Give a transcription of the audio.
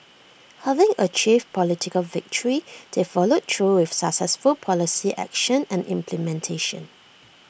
having achieved political victory they followed through with successful policy action and implementation